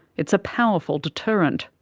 it's a powerful deterrent.